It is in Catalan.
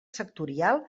sectorial